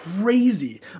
crazy